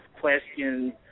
questions